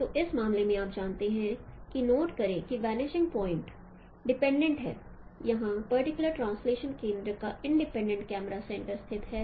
तो इस मामले में आप जानते हैं कि नोट करें कि वनिशिंग पॉइंट इंडीपेंडेंट है यहां पर्टिकुलर ट्रांसलेटशन केंद्र का इंडीपेंडेंट कैमरा सेंटर स्थित है